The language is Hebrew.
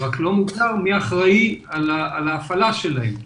מדובר על כיתות בטוחות ועיקרון שלא מאפשר תחלופה של אנשי צוות.